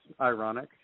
ironic